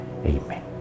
Amen